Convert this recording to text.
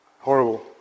Horrible